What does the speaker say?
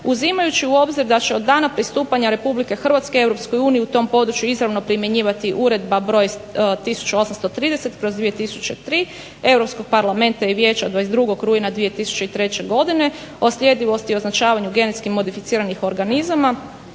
uzimajući u obzir da će od dana pristupanja RH EU u tom području izravno primjenjivati Uredba 1830/2003. Europskog parlamenta i vijeća 22. rujna 2003. godine o sljedivosti označavanju genetski modificiranih organizama